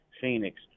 Phoenix